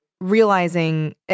realizing